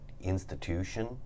institution